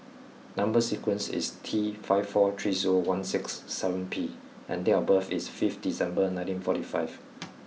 number sequence is T five four three zero one six seven P and date of birth is fifth December nineteen forty five